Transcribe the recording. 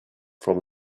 from